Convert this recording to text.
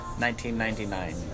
1999